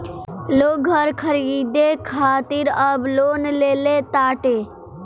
लोग घर खरीदे खातिर अब लोन लेले ताटे